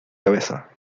cabeza